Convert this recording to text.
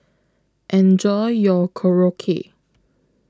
Enjoy your Korokke